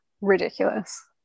ridiculous